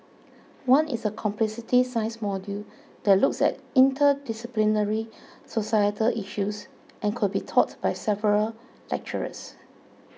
one is a complexity science module that looks at interdisciplinary societal issues and could be taught by several lecturers